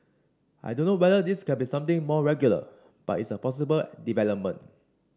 I don't know whether this can be something more regular but it's a possible development